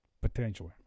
potentially